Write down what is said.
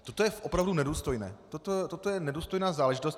Toto je opravdu nedůstojné, toto je nedůstojná záležitost.